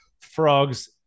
Frog's